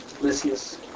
Lysias